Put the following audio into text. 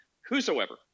Whosoever